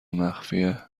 مخفیه